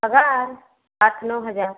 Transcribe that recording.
पगार आठ नौ हजार